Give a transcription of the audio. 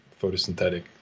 photosynthetic